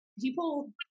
people